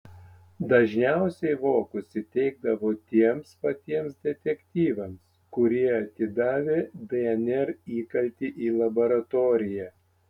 dažniausiai vokus įteikdavo tiems patiems detektyvams kurie atidavė dnr įkaltį į laboratoriją